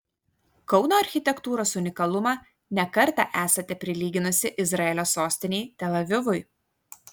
kauno architektūros unikalumą ne kartą esate prilyginusi izraelio sostinei tel avivui